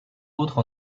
autres